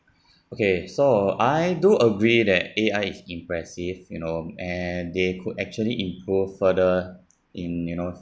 okay so I do agree that A_I is impressive you know and they could actually improve further in you know